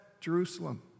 Jerusalem